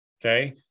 Okay